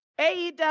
AEW